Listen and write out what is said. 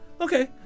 Okay